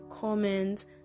comment